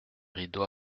rideaux